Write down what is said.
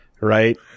right